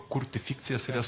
kurti fikcijas ir jas